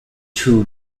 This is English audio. two